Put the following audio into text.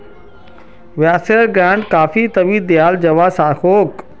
वाय्सायेत ग्रांट कभी कभी दियाल जवा सकोह